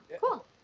cool